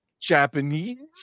Japanese